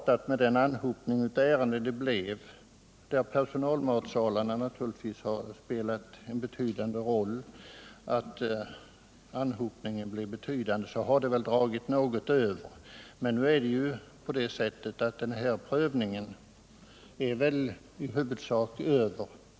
På grund av den anhopning av ärenden som uppstod, till vilken naturligtvis personalmatsalarna bidrog i betydande grad, har det blivit vissa förseningar, men nu är väl denna prövning i huvudsak avslutad.